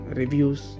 reviews